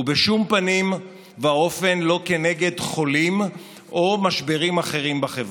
ובשום פנים ואופן לא כנגד חולים או משברים אחרים בחברה.